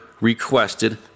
requested